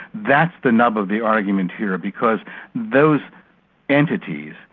that's the nub of the argument here. because those entities,